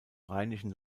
rheinischen